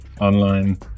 online